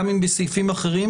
גם אם בסעיפים אחרים,